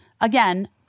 Again